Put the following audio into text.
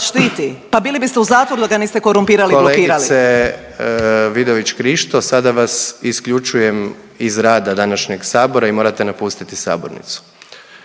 štiti, pa bili biste u zatvoru da niste korumpirali i blokirali./… Kolegice Vidović Krišto, sada vas isključujem iz rada današnjeg sabora i morate napustiti sabornicu.